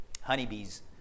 honeybees